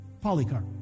Polycarp